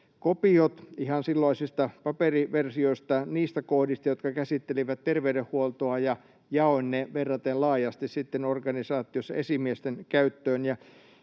kopiot ihan silloisista paperiversioista niistä kohdista, jotka käsittelivät terveydenhuoltoa, ja jaoin ne sitten verraten laajasti organisaatiossa esimiesten käyttöön.